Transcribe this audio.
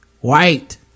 white